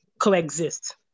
coexist